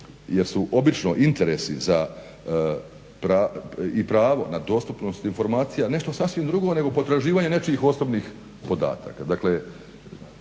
jer su obično interesi i pravo na dostupnost informacija nešto sasvim drugo nego potraživanje nečijih osobnih podataka.